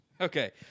Okay